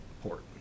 port